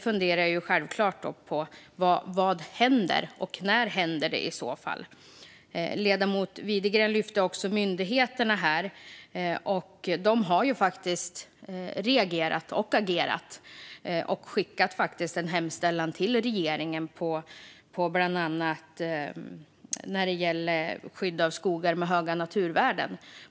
Vad händer, och när händer det i så fall? Ledamoten Widegren nämnde också myndigheterna. De har faktiskt reagerat och agerat. De har skickat en hemställan till regeringen bland annat om skydd av skogar med höga naturvärden.